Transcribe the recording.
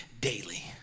daily